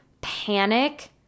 panic